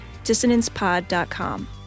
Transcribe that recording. dissonancepod.com